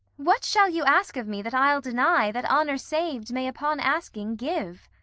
what shall you ask of me that i ll deny, that honour sav'd may upon asking give?